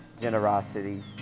generosity